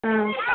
ആ